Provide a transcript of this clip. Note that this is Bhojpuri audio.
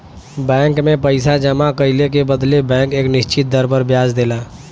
बैंक में पइसा जमा कइले के बदले बैंक एक निश्चित दर पर ब्याज देला